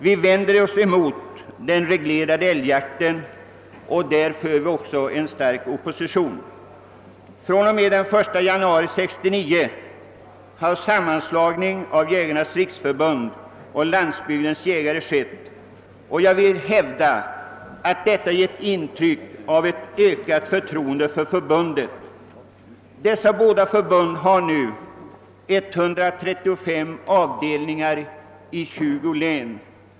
Vi vänder oss vidare mot den reglerade älgjakten, mot vilken vi för en stark opposition. Den 1 januari 1969 skedde en sammanslagning av Jägarnas riksförbund— Landsbygdens jägare. Jag vill hävda att detta bidragit till ett ökat förtroende för förbundet. De båda sammanslagna förbunden har nu 135 avdelningar i 20 län.